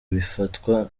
bifatwa